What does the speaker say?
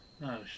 No